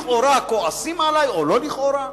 לכאורה כועסים עלי, או לא לכאורה,